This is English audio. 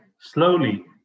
slowly